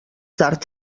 tard